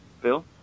Phil